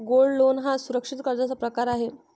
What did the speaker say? gold loan हा सुरक्षित कर्जाचा प्रकार आहे